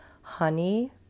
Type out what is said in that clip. honey